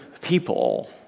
people